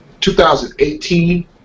2018